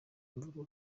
imvururu